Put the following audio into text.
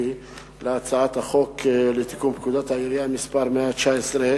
להצעת חוק לתיקון פקודת העיריות (מס' 119),